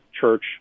church